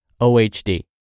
OHD